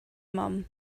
mum